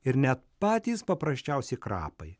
ir net patys paprasčiausi krapai